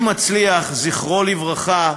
אבי מצליח, זכרו לברכה,